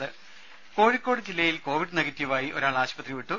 രുമ കോഴിക്കോട് ജില്ലയിൽ കോവിഡ് നെഗറ്റീവായി ഒരാൾ ആശുപത്രി വിട്ടു